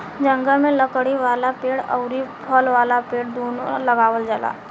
जंगल में लकड़ी वाला पेड़ अउरी फल वाला पेड़ दूनो लगावल जाला